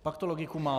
Pak to logiku má.